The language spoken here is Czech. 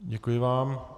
Děkuji vám.